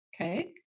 okay